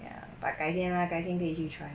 ya but 改天 lah 改天可以去 try